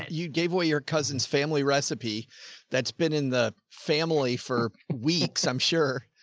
you gave away your cousin's family recipe that's been in the family for weeks, i'm sure.